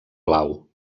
blau